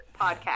podcast